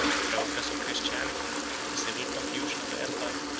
the progress of christianity, and the civil confusion of the empire,